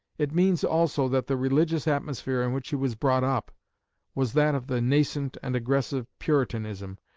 it means also that the religious atmosphere in which he was brought up was that of the nascent and aggressive puritanism,